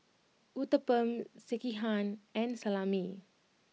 Uthapam Sekihan and Salami